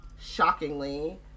shockingly